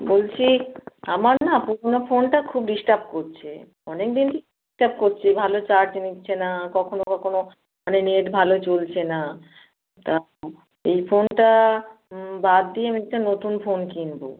বলছি আমার না পুরোনো ফোনটা খুব ডিস্টার্ব করছে অনেক দিন থেকে ডিস্টার্ব করছে ভালো চার্জ নিচ্ছে না কখনও কখনও মানে নেট ভালো চলছে না তা আমার এই ফোনটা বাদ দিয়ে আমি একটা নতুন ফোন কিনবো